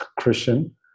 Christian